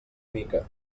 mica